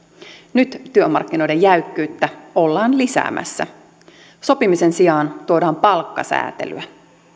nyt työmarkkinoiden jäykkyyttä ollaan lisäämässä sopimisen sijaan tuodaan palkkasäätelyä